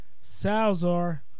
Salzar